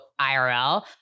IRL